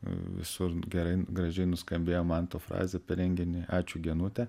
visur gerai gražiai nuskambėjo manto frazė per renginį ačiū genute